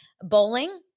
Bowling